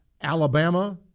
Alabama